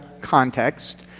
context